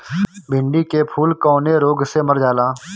भिन्डी के फूल कौने रोग से मर जाला?